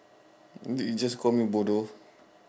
did you just call me bodoh